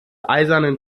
eisernen